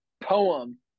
poem